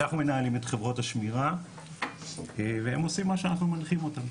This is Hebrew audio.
אנחנו מנהלים את חברות השמירה והם עושים מה שאנחנו מנחים אותם.